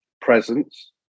presence